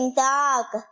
dog